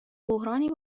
بحرانی